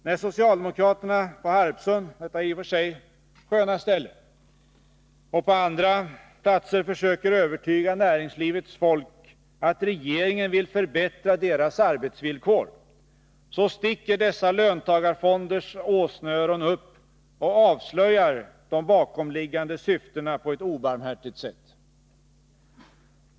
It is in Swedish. När socialdemokraterna på Harpsund — detta i och för sig sköna ställe — och på andra platser försöker övertyga näringslivets folk om att regeringen vill förbättra deras arbetsvillkor, så sticker dessa löntagarfonders åsneöron upp och avslöjar de bakomliggande syftena på ett obarmhärtigt sätt.